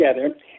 together